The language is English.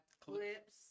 clips